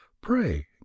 Pray